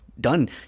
done